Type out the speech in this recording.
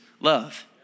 love